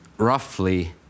Roughly